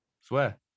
swear